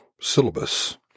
syllabus